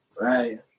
right